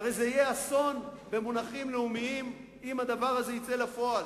הרי זה יהיה אסון במונחים לאומיים אם הדבר הזה יצא לפועל.